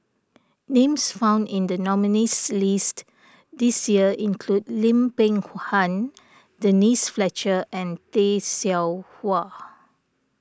names found in the nominees' list this year include Lim Peng Han Denise Fletcher and Tay Seow Huah